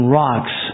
rocks